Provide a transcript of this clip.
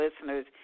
listeners